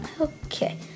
Okay